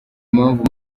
impamvu